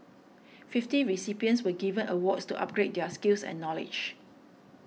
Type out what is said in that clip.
fifty recipients were given awards to upgrade their skills and knowledge